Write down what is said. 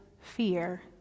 fear